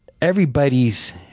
everybody's